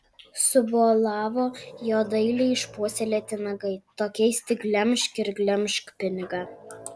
subolavo jo dailiai išpuoselėti nagai tokiais tik glemžk ir glemžk pinigą